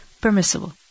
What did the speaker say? permissible